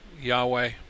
Yahweh